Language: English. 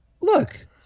look